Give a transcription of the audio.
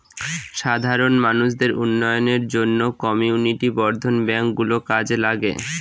সাধারণ মানুষদের উন্নয়নের জন্য কমিউনিটি বর্ধন ব্যাঙ্ক গুলো কাজে লাগে